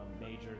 major